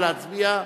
נא להצביע.